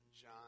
John